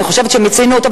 אני חושבת שמיצינו אותו,